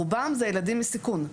רובם זה ילדים בסיכון.